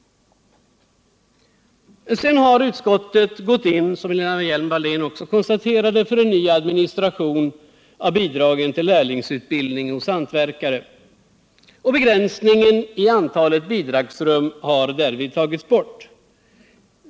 Såsom Lena Hjelm-Wallén konstaterar har utskottet gått in för en ny administration av bidragen till lärlingsutbildningen hos hantverkare. Begränsningen i antalet bidragsrum har därvid tagits bort.